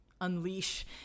unleash